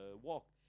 walk